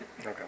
Okay